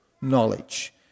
knowledge